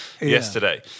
yesterday